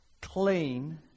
clean